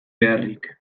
beharrik